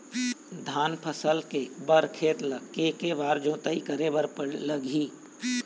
धान फसल के बर खेत ला के के बार जोताई करे बर लगही?